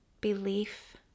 belief